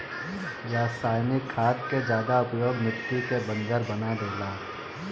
रासायनिक खाद के ज्यादा उपयोग मिट्टी के बंजर बना देला